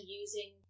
using